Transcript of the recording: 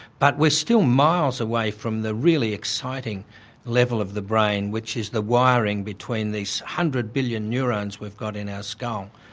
but we're still miles away from the really exciting level of the brain, which is the wiring between these hundred billion neurons we've got in our skull.